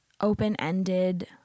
open-ended